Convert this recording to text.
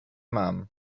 mam